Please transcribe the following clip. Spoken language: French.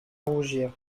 rougir